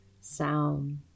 sound